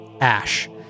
ash